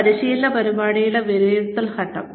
ഒരു പരിശീലന പരിപാടിയുടെ വിലയിരുത്തൽ ഘട്ടം